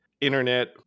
internet